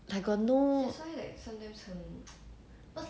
like got no